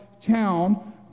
town